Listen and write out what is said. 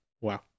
Wow